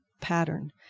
pattern